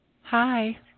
Hi